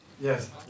Yes